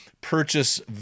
purchase